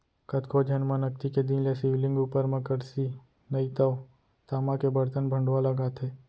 कतको झन मन अक्ती के दिन ले शिवलिंग उपर म करसी नइ तव तामा के बरतन भँड़वा लगाथे